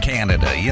Canada